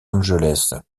angeles